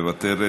מוותרת,